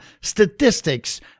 statistics